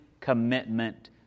commitment